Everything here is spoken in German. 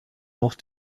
noch